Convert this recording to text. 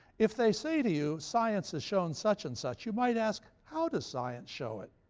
if they say to you, science has shown such and such you might ask, how does science show it?